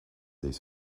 des